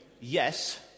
yes